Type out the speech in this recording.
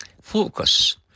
Focus